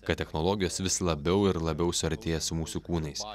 kad technologijos vis labiau ir labiau suartėja su mūsų kūnais